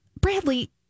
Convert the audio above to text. Bradley